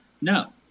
No